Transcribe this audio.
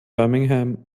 birmingham